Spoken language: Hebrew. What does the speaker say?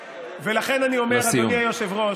ולכן אני אומר, אדוני היושב-ראש,